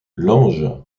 lange